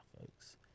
folks